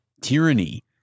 Tyranny